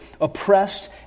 Oppressed